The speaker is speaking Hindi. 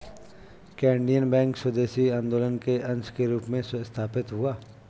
क्या इंडियन बैंक स्वदेशी आंदोलन के अंश के रूप में स्थापित हुआ?